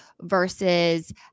versus